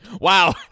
Wow